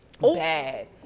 Bad